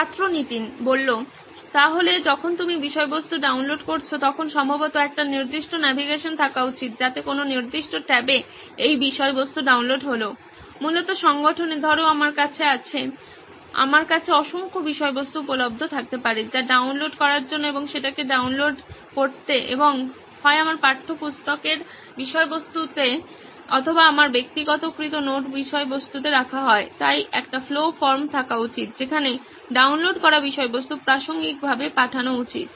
ছাত্র নীতিন সুতরাং যখন তুমি বিষয়বস্তু ডাউনলোড করছো তখন সম্ভবত একটি নির্দিষ্ট ন্যাভিগেশন থাকা উচিত যাতে কোন নির্দিষ্ট ট্যাবে এই বিষয়বস্তু ডাউনলোড হলো মূলত সংগঠনে ধরো আমার কাছে আছে আমার কাছে অসংখ্য বিষয়বস্তু উপলব্ধ থাকতে পারে যা ডাউনলোড করার জন্য এবং সেটাকে ডাউনলোড করতে এবং হয় আমার পাঠ্যপুস্তকের বিষয়বস্তুতে অথবা আমার ব্যক্তিগতকৃত নোট বিষয়বস্তুতে রাখা হয় তাই একটি ফ্লো ফর্ম থাকা উচিত যেখানে ডাউনলোড করা বিষয়বস্তু প্রাসঙ্গিকভাবে পাঠানো উচিত